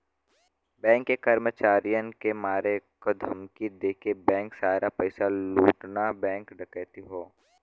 bank के कर्मचारियन के मारे क धमकी देके बैंक सारा पइसा लूटना बैंक डकैती हौ